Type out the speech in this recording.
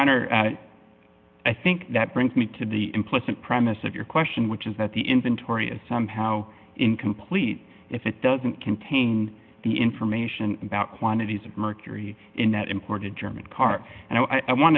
at i think that brings me to the implicit premise of your question which is that the inventory is somehow incomplete if it doesn't contain the information about quantities of mercury in that imported german car and i want